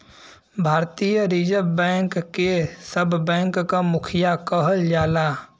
भारतीय reserve bank के सब बैंक क मुखिया कहल जाला